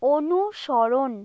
অনুসরণ